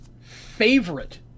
favorite